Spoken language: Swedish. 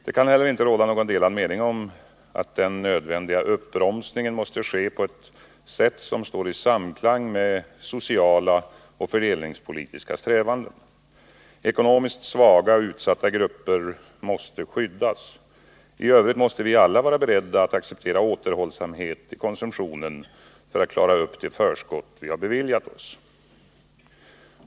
Det kan heller inte råda någon delad mening om att den nödvändiga uppbromsningen måste ske på ett sätt som står i samklang med sociala och fördelningspolitiska strävanden. Ekonomiskt svaga och utsatta grupper måste skyddas. I övrigt måste vi alla vara beredda att acceptera återhållsamhet i konsumtionen för att klara upp de förskott vi beviljat oss.